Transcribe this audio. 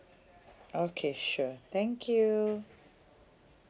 okay sure thank you